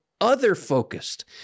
other-focused